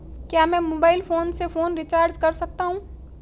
क्या मैं mobile phone से फोन रिचार्ज कर सकता हूं?